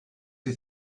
you